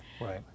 right